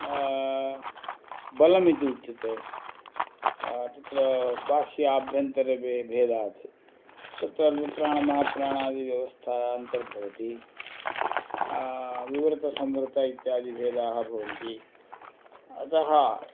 बलमिति उच्यते तत्र भाषाभ्यन्तरभेदात् तत्र अल्पप्राण महाप्राणादि व्यवस्था अन्तर्भवति विवृतं संवृतं इत्यादि भेदाः भवन्ति अतः